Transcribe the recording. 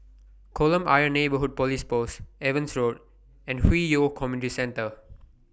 Kolam Ayer Neighbourhood Police Post Evans Road and Hwi Yoh Community Centre